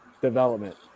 development